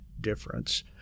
difference